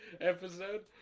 episode